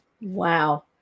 Wow